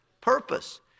purpose